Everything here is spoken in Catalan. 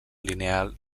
lineal